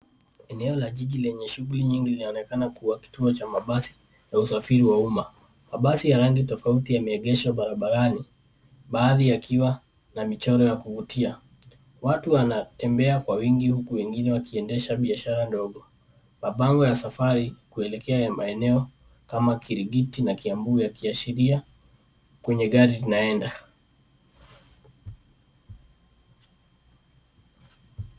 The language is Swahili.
Eneo la jiji lenye shughuli nyingi linaonekana kuwa kituo cha mabasi ya usafiri wa umma. Mabasi ya rangi tofauti yameegeshwa barabarani baadhi yakiwa na michoro ya kuvutia. Watu wanatembea kwa wingi huku wengine wakiendesha biashara ndogo. Mabango ya safari kuelekea maeneo kama Kirigiti na Kiambu yakiashiria kwenye gari linaenda.